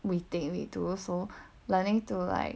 we think we do so learning to like